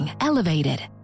elevated